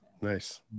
Nice